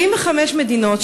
45 מדינות,